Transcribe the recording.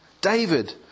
David